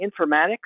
informatics